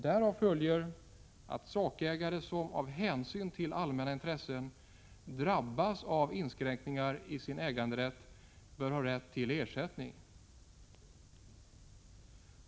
Därav följer att sakägare som på grund av hänsyn till allmänna intressen drabbas av inskränkningar i sin äganderätt bör ha rätt till ersättning.